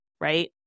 right